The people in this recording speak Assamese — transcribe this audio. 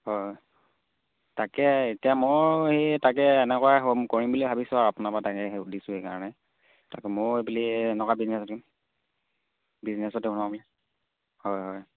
হয় তাকে এতিয়া মই সেই তাকে এনেকুৱাই হ'ম কৰিম বুলি ভাবিছোঁ আৰু আপোনাৰপৰা তাকে সেইবুলি সুধিছোঁ সেইকাৰণে তাকে মই বুলি এনেকুৱা বিজনেছ কৰিম বিজনেছতে সোমাওঁ বুলি হয় হয়